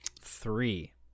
Three